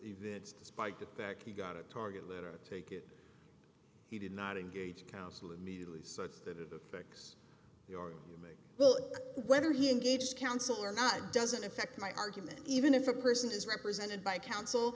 events despite the fact he got a target letter i take it he did not engage counsel in news so it didn't affect your will whether he engages counsel or not doesn't affect my argument even if a person is represented by counsel